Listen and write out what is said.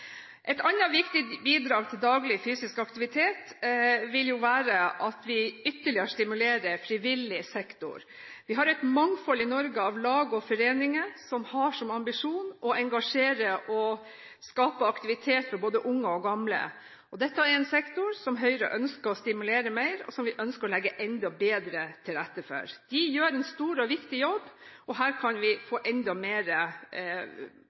Et annet viktig bidrag til daglig fysisk aktivitet vil jo være at vi ytterligere stimulerer frivillig sektor. Vi har et mangfold i Norge av lag og foreninger som har som ambisjon å engasjere og skape aktivitet for både unge og gamle, og dette er en sektor som Høyre ønsker å stimulere mer, og som vi ønsker å legge enda bedre til rette for. De gjør en stor og viktig jobb, og her kan vi